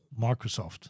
Microsoft